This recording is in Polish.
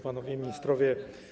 Panowie Ministrowie!